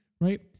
right